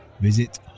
Visit